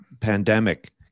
Pandemic